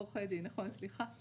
נכון, סליחה,